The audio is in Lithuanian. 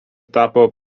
tapo